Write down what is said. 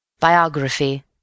Biography